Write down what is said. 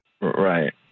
Right